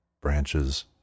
branches